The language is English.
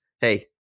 hey